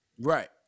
Right